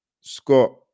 Scott